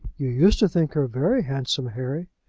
you used to think her very handsome, harry.